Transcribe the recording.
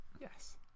Yes